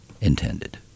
intended